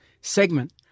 segment